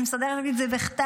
אני מסדרת לי את זה בכתב,